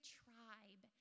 tribe